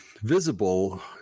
visible